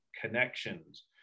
connections